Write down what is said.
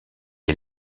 est